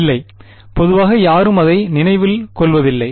இல்லை பொதுவாக யாரும் அதை நினைவில் கொள்வதில்லை